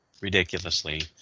ridiculously